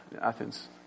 Athens